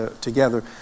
together